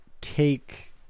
take